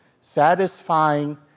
satisfying